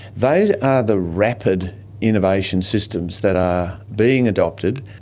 they are the rapid innovation systems that are being adopted.